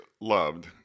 loved